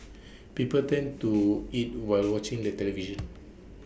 people tend to over eat while watching the television